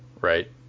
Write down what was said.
Right